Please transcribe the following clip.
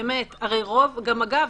אגב,